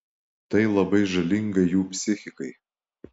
tai labai žalinga jų psichikai